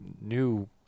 new